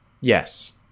yes